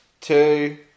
two